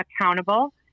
accountable